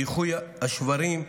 באיחוי השברים,